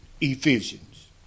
Ephesians